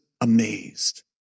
amazed